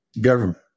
government